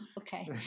Okay